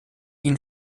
ihn